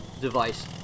device